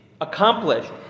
accomplished